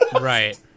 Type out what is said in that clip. right